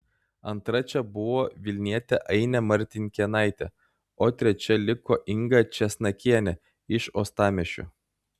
antra čia buvo vilnietė ainė martinkėnaitė o trečia liko inga česnakienė iš uostamiesčio